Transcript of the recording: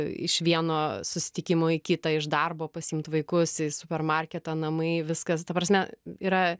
iš vieno susitikimo į kitą iš darbo pasiimt vaikus į supermarketą namai viskas ta prasme yra